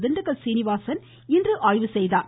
திண்டுக்கல் சீனிவாசன் இன்று ஆய்வு செய்தார்